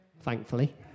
thankfully